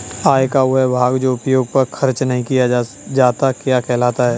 आय का वह भाग जो उपभोग पर खर्च नही किया जाता क्या कहलाता है?